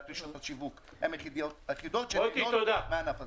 רק רשתות השיווק שהן היחידות שנהנות מהענף הזה.